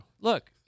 Look